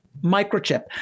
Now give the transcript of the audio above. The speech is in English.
microchip